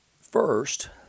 first